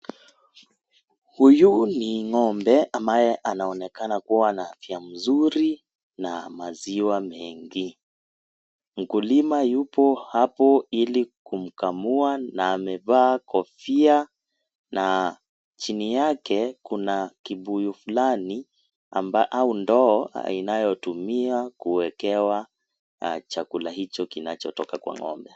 Huyu ni ngombe ambaye anaonekana kuwa na afya mzuri na maziwa mengi. Mkulima yupo hapo ili kumkamua na amevaa kofia na chini yake kuna kibuyu fulani, au ndoo inayotumiwa kuwekewa chakula hicho kinachotoka kwa ngombe.